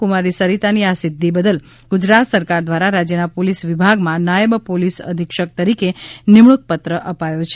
કુમારી સરિતાની આ સિદ્ધિ બદલ ગુજરાત સરકાર દ્વારા રાજ્યના પોલીસ વિભાગમાં નાયબ પોલીસ અધિક્ષક તરીકે નિમણુંક પત્ર અપાયો છે